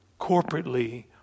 corporately